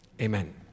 amen